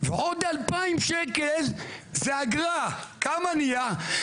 ועוד 2,000 שקל זה אגרה, כמה נהיה?